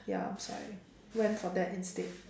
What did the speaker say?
ya so I went for that instead